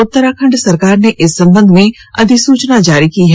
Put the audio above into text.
उत्तराखंड सरकार ने इस संबंध में अधिसूचना जारी की हैं